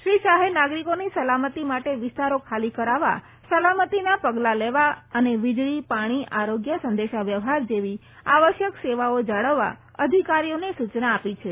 શ્રી શાફે નાગરિકોની સલામતિ માટે વિસ્તારો ખાલી કરાવવા સલામતિનાં પગલાં લેવાં અને વીજળી પાણી આરોગ્ય સંદેશાવ્યવફાર જેવી આવશ્યક સેવાઓ જાળવવા અધિકારીઓને સૂચના આપી છે